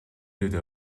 деди